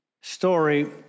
story